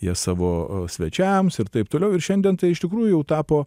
jie savo svečiams ir taip toliau ir šiandien tai iš tikrųjų jau tapo